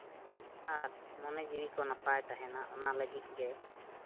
ᱟᱨ ᱢᱚᱱᱮ ᱡᱤᱣᱤ ᱠᱚ ᱱᱟᱯᱟᱭ ᱛᱟᱦᱮᱱᱟ ᱚᱱᱟ ᱞᱟᱹᱜᱤᱫ ᱜᱮ